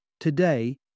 Today